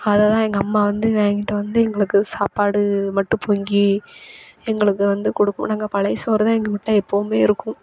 அதை தான் எங்க அம்மா வந்து வாங்கிட்டு வந்து எங்களுக்கு சாப்பாடு மட்டும் பொங்கி எங்களுக்கு வந்து கொடுப்ப நாங்கள் பழையசோறு தான் எங்கள் வீட்டில் எப்போவுமே இருக்கும்